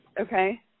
okay